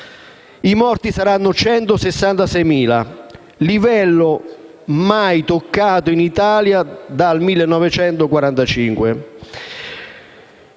i morti saranno 166.000, livello mai toccato in Italia dal 1945.